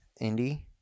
Indy